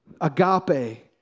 agape